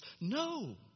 No